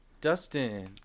Dustin